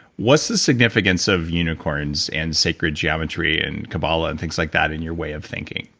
what's the significance of unicorns, and sacred geometry, and kabbalah, and things like that in your way of thinking?